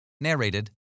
Narrated